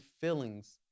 feelings